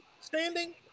standing